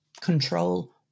control